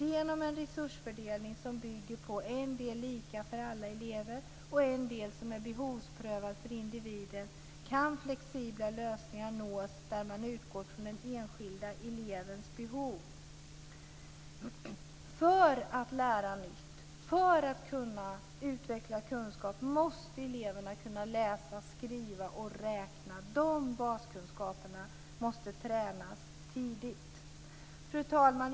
Genom en resursfördelning som bygger på en del lika för alla elever och en del som är behovsprövad för individen kan flexibla lösningar nås där man utgår från den enskilda elevens behov. För att lära nytt och för att kunna utveckla kunskap måste eleverna kunna läsa, skriva och räkna. Dessa baskunskaper måste tränas tidigt. Fru talman!